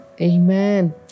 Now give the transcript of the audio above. Amen